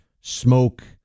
smoke